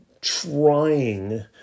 trying